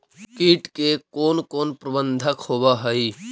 किट के कोन कोन प्रबंधक होब हइ?